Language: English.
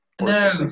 no